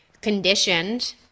conditioned